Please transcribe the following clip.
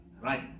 Right